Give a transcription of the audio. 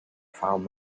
found